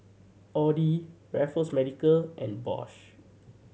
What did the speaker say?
Audi Raffles Medical and Bosch